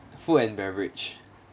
food and beverage